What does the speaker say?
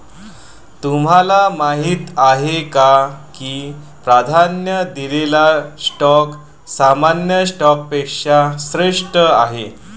तुम्हाला माहीत आहे का की प्राधान्य दिलेला स्टॉक सामान्य स्टॉकपेक्षा श्रेष्ठ आहे?